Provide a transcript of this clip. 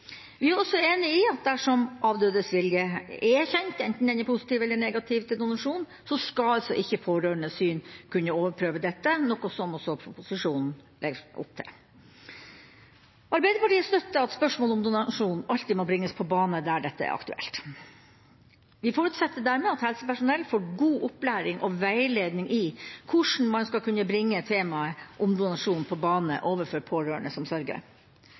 Vi er også enig i at dersom avdødes vilje er kjent, enten den er positiv eller negativ til donasjon, skal ikke pårørendes syn kunne overprøve dette – noe som proposisjonen også legger opp til. Arbeiderpartiet støtter at spørsmålet om donasjon alltid må bringes på bane der dette er aktuelt. Vi forutsetter dermed at helsepersonell får god opplæring og veiledning i hvordan man skal kunne bringe temaet om donasjon på bane overfor pårørende som sørger.